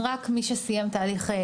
רק מי שסיים תהליך,